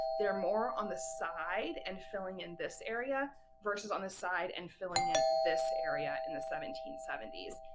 they're more on the side, and filling in this area versus on the side and filling in this area in the seventeen seventy s.